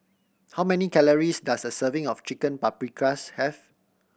how many calories does a serving of Chicken Paprikas have